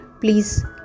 please